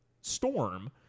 storm